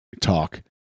talk